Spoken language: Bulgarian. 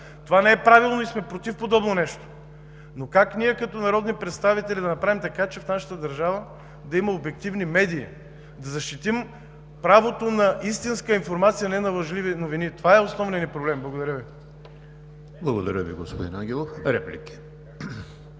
Това не е правилно и сме против подобно нещо. Но като народни представители как да направим така, че в нашата държава да има обективни медии, да защитим правото на истинска информация, а не на лъжливи новини? Това е основният ни проблем. Благодаря Ви. ПРЕДСЕДАТЕЛ ЕМИЛ ХРИСТОВ: Благодаря Ви, господин Ангелов. Реплика